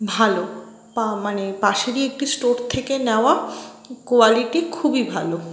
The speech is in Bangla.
ভালো মানে পাশেরই একটি স্টোর থেকে নেওয়া কোয়ালিটি খুবই ভালো